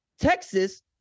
Texas